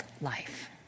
life